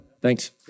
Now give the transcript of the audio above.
Thanks